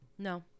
No